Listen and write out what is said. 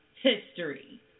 History